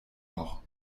noch